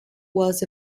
was